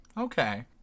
Okay